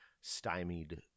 stymied